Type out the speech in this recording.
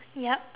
yup